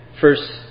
First